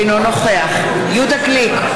אינו נוכח יהודה גליק,